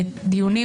בדיונים,